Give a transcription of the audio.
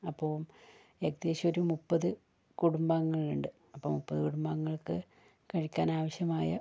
അപ്പോൾ ഏകദേശം ഒരു മുപ്പത് കുടുംബാംഗങ്ങളുണ്ട് അപ്പം മുപ്പത് കുടുംബാംഗങ്ങൾക്ക് കഴിക്കാനാവശ്യമായ